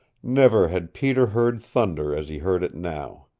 never had peter heard thunder as he heard it now.